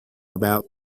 about